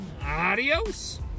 adios